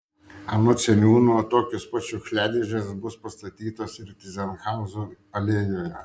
anot seniūno tokios pat šiukšliadėžės bus pastatytos ir tyzenhauzų alėjoje